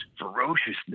ferociousness